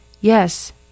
Yes